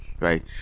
right